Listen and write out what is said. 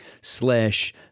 slash